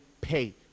pay